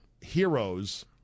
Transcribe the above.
heroes